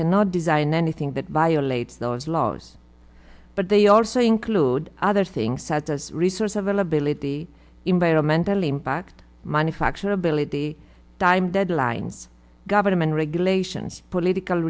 cannot design anything that violates those laws but they also include other things such as resource availability environmental impact manufacturability time deadlines government regulations political